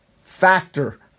factor